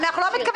אני לא מוכן